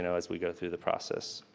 and as we go through the process.